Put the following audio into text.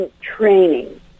training